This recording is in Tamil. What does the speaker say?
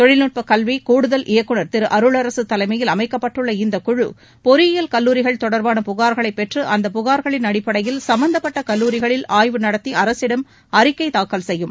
தொழில்நுட்பக் கல்வி கூடுதல் இயக்குநர் திரு அருளரசு தலைமையில் அமைக்கப்பட்டுள்ள இந்தக் குழு பொறியியல் கல்லூரிகள் தொடர்பான புகா்களை பெற்று அந்த புகா்களின் அடிப்படையில் சம்பந்தப்பட்ட கல்லூரிகளில் ஆய்வு நடத்தி அரசிடம் அறிக்கை தாக்கல் செய்யும்